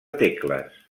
tecles